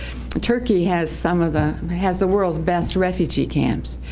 turkey has some of the has the world's best refugee camps,